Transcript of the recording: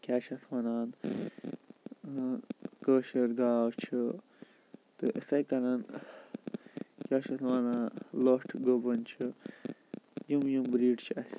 کیاہ چھِ اَتھ وَنان یِم کٲشِر گاو چھِ تہٕ یِتھَے کَنۍ کیاہ چھِ اَتھ وَنان لٔٹھ گُپن چھِ یِم یِم بریٖڈ چھِ اَسہِ